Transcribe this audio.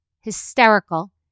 hysterical